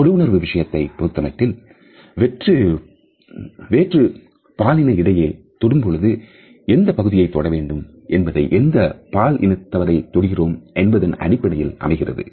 தொடுஉணர்வு விஷயத்தை பொருத்தமட்டில் வெற்றுப் பாலினத் இடையைத் தொடும் பொழுது எந்த பகுதியை தொட வேண்டும் என்பதனை எந்த பால் இனத்தவரை தொடுகிறோம் என்பதன் அடிப்படையில் அமைகிறது